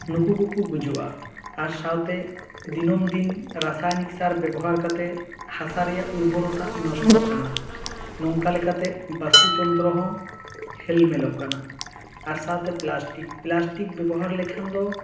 ᱱᱩᱠᱩ ᱠᱚᱠᱚ ᱜᱩᱡᱩᱜᱼᱟ ᱟᱨ ᱥᱟᱶᱛᱮ ᱫᱤᱱᱟᱹᱢ ᱫᱤᱱ ᱨᱟᱥᱟᱭᱱᱤᱠ ᱥᱟᱨ ᱵᱮᱵᱚᱦᱟᱨ ᱠᱟᱛᱮᱜ ᱦᱟᱥᱟ ᱨᱮᱭᱟᱜ ᱩᱨᱵᱚᱨᱚᱛᱟ ᱱᱚᱥᱴᱚᱜ ᱠᱟᱱᱟ ᱱᱚᱝᱠᱟ ᱞᱮᱠᱟᱛᱮ ᱵᱚᱥᱛᱩ ᱛᱚᱱᱛᱨᱚ ᱦᱚᱸ ᱦᱮᱞᱢᱮᱞᱚᱜ ᱠᱟᱱᱟ ᱟᱨ ᱥᱟᱶᱛᱮ ᱯᱞᱟᱥᱴᱤᱠ ᱯᱞᱟᱥᱴᱤᱠ ᱵᱮᱵᱚᱦᱟᱨ ᱞᱮᱠᱷᱟᱱ ᱫᱚ